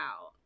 out